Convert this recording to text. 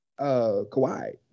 Kawhi